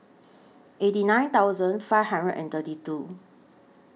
eighty nine thousand five hundred and thirty two